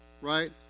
Right